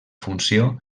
funció